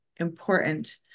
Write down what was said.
important